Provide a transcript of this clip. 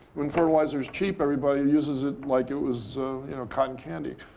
when fertilizer's cheap, everybody uses it like it was you know cotton candy.